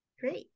Great